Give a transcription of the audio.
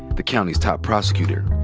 the county's top prosecutor.